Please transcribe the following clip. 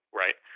right